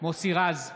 מוסי רז,